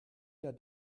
der